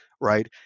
right